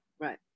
Right